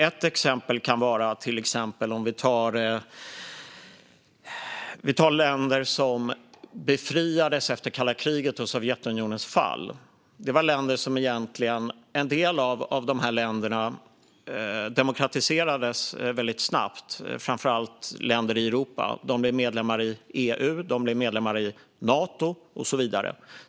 Ett exempel kan vara länder som befriades efter kalla kriget och Sovjetunionens fall. En del av dessa länder demokratiserades väldigt snabbt, framför allt länder i Europa. De blev medlemmar i EU, Nato och så vidare.